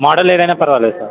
model ఏదైనా పర్వాలేదు sir